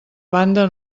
banda